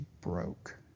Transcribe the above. broke